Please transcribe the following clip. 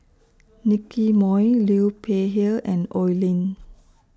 Nicky Moey Liu Peihe and Oi Lin